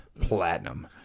platinum